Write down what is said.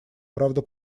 правда